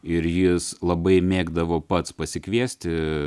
ir jis labai mėgdavo pats pasikviesti